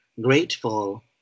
grateful